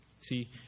See